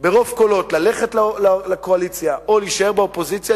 ברוב קולות ללכת לקואליציה או להישאר באופוזיציה,